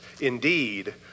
indeed